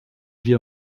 wir